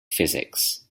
physics